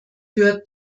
für